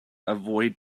avoid